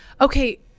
Okay